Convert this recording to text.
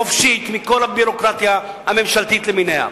חופשית מכל הביורוקרטיה הממשלתית למינה?